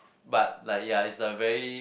but like ya it's a very